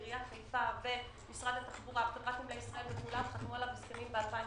שעיריית חיפה ומשרד התחבורה וחברת נמלי ישראל חתמו עליו הסכמים ב-2017.